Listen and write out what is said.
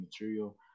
material